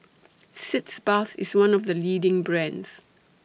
Sitz Bath IS one of The leading brands